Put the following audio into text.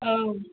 औ